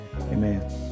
Amen